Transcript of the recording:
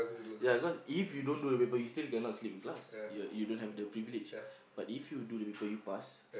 ya cause if you don't do the paper you still cannot sleep in class you you don't have the privilege but if you do the paper you pass